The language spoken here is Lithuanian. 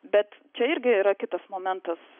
bet čia irgi yra kitas momentas